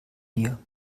dir